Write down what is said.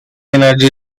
energy